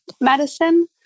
medicine